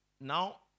Now